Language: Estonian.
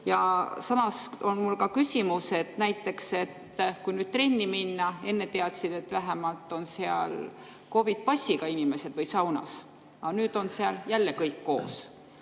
Samas on mul ka küsimus, et näiteks kui trenni minna, siis enne teadsid, et vähemalt on seal COVID‑i passiga inimesed, samuti saunas, aga nüüd on seal jälle kõik koos.